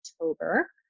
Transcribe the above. October